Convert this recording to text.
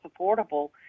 affordable